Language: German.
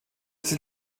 sie